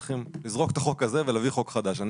צריך לזרוק את החוק הזה ולהביא חוק חדש ואני